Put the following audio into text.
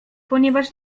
ponieważ